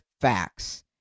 facts